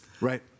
Right